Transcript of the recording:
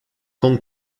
con